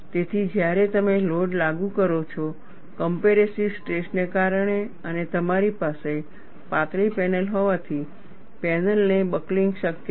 તેથી જ્યારે તમે લોડ લાગુ કરો છો કંપરેસિવ સ્ટ્રેસ ને કારણે અને તમારી પાસે પાતળી પેનલ હોવાથી પેનલને બકલિંગ શક્ય છે